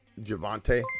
Javante